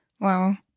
Wow